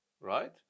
right